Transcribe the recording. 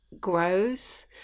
grows